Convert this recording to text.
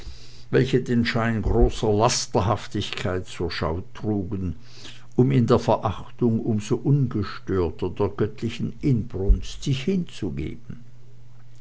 welche den schein großer lasterhaftigkeit zur schau trugen um in der verachtung um so ungestörter der göttlichen inbrunst sich hinzugeben